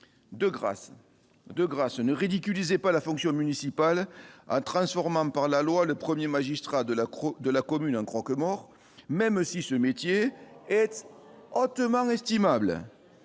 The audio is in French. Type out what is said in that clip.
de grâce, ne ridiculisait pas la fonction municipale transformant par la loi le 1er magistrat de l'Crau de la commune un croque-mort, même si ce métier ets hautement estimable,